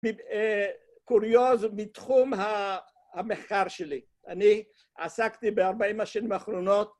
קוריוז מתחום המחקר שלי. אני עסקתי ב-40 השנים האחרונות